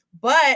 But-